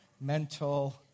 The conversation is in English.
mental